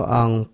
ang